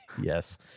Yes